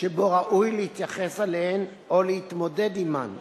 שראוי להתייחס אליהן או להתמודד עמן.